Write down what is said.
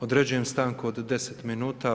Određujem stanku od 10 minuta.